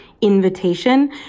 invitation